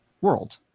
world